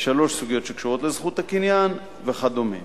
3. סוגיות הקשורות לזכות הקניין, וכדומה.